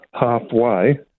halfway